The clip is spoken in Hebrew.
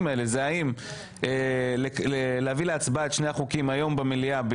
האלה: האם להביא להצבעה את שני החוקים היום במליאה,